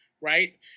right